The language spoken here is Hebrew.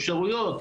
אפשרויות,